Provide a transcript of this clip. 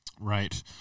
Right